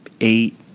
eight